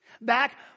Back